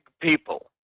people